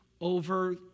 over